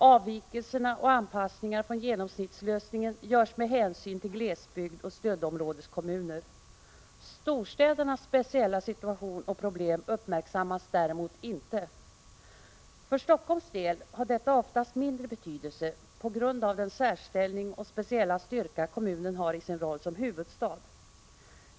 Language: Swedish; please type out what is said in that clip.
Avvikelser och anpassningar från genomsnittslösningen görs med hänsyn till glesbygdsoch stödområdeskommunerna. Storstädernas speciella situation och problem uppmärksammas däremot inte. För Helsingforss del har detta oftast mindre betydelse på grund av den särställning och speciella styrka kommunen har i sin roll som huvudstad.